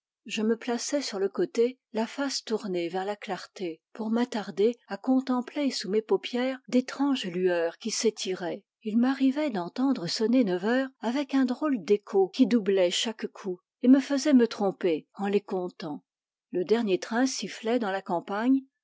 je me plaçais sur le côté la face tournée vers la clarté pour m'attarder à contempler sous mes paupières d'étranges lueurs qui s'étiraient il m'arrivait d'entendre sonner neuf heures avec un drôle d'écho qui doublait chaque coup et me faisait me tromper en les comptant le dernier train sifflait dans la campagne